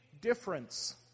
difference